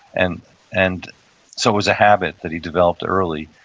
and and so it was a habit that he developed early.